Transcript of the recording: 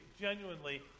genuinely